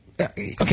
Okay